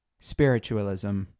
spiritualism